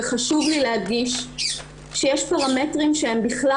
וחשוב לי להדגיש שיש פרמטרים שהם בכלל